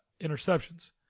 interceptions